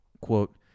quote